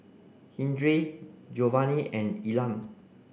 Hildred Giovanny and Elam